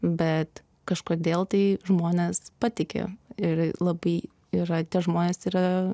bet kažkodėl tai žmonės patiki ir labai yra tie žmonės yra